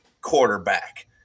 quarterback